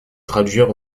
traduire